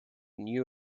new